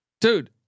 dude